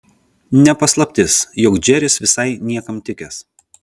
ne paslaptis jog džeris visai niekam tikęs